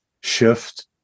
shift